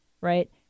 Right